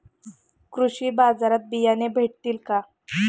कृषी बाजारात बियाणे भेटतील का?